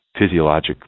physiologic